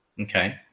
Okay